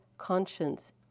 conscience